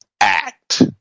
act